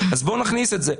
אז בואו נכניס את זה.